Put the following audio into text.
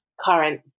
current